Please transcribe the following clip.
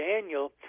daniel